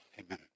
Amen